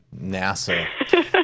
NASA